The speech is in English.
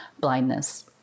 blindness